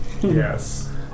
Yes